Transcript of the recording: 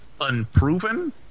unproven